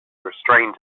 restrained